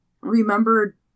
remember